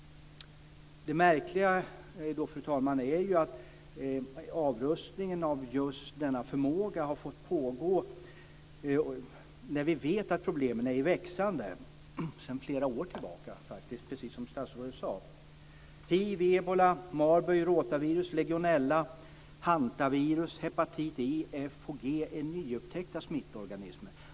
Fru talman! Det märkliga är ju att avrustningen av just denna förmåga har fått pågå när vi vet att problemen är i växande sedan flera år tillbaka, precis som statsrådet sade. Hiv, ebola, marburg, rotavirus, legionella, hantavirus och hepatit E, F och G är nyupptäckta smittorganismer.